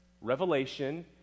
Revelation